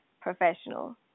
professional